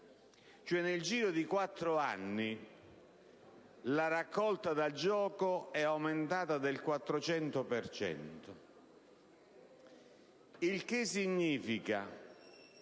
Nel giro di quattro anni la raccolta da gioco è aumentata del 400 per cento.